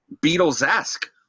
Beatles-esque